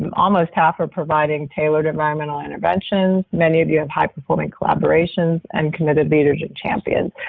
um almost half are providing tailored environmental interventions. many of you have high-performing collaborations and committed leadership champions.